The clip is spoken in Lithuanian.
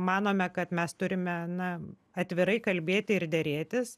manome kad mes turime na atvirai kalbėti ir derėtis